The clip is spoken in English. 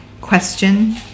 question